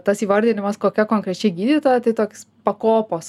tas įvardinimas kokia konkrečiai gydytoja tai toks pakopos